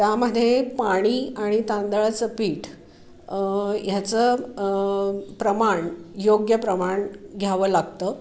त्यामध्ये पाणी आणि तांदळाचं पीठ ह्याचं प्रमाण योग्य प्रमाण घ्यावं लागतं